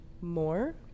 more